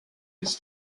his